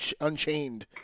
unchained